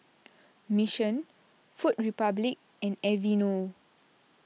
Mission Food Republic and Aveeno